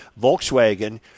Volkswagen